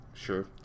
Sure